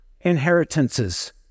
inheritances